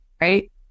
Right